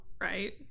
right